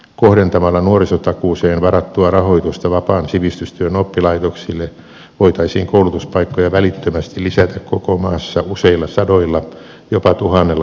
kohdentamalla nuorisotakuuseen varattua rahoitusta vapaan sivistystyön oppilaitoksille voitaisiin koulutuspaikkoja välittömästi lisätä koko maassa useilla sadoilla jopa tuhannella opiskelijalla